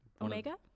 Omega